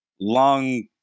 long